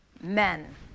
men